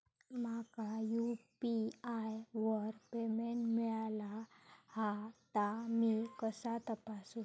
माका यू.पी.आय वर पेमेंट मिळाला हा ता मी कसा तपासू?